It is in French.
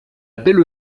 belle